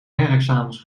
herexamens